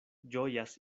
ĝojas